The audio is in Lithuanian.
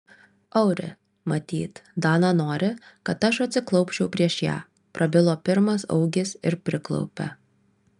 auri matyt dana nori kad aš atsiklaupčiau prieš ją prabilo pirmas augis ir priklaupė